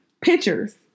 pictures